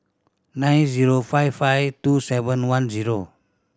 nine zero five five two seven one zero